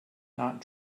not